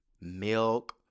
milk